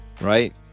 Right